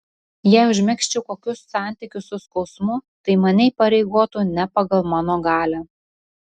jei užmegzčiau kokius santykius su skausmu tai mane įpareigotų ne pagal mano galią